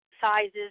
sizes